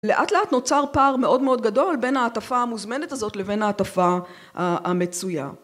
לאט לאט נוצר פער מאוד מאוד גדול בין ההטפה המוזמנת הזאת לבין ההטפה המצויה.